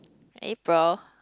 April